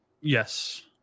Yes